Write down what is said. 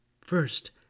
First